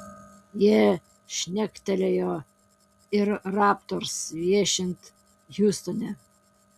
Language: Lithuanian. jie šnektelėjo ir raptors viešint hjustone